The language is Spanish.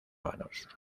vanos